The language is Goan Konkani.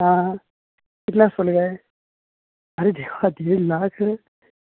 आं कितलो आसतलो काय आरे देवा देड लाख